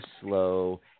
slow